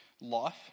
life